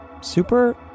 super